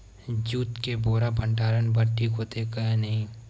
Jute के बोरा भंडारण बर ठीक होथे के नहीं?